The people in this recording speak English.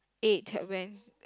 ate when